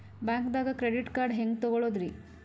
ಬ್ಯಾಂಕ್ದಾಗ credit card ಹೆಂಗ್ ತಗೊಳದ್ರಿ?